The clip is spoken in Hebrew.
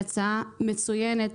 הצעה מצוינת,